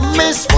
miss